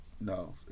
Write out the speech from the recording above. no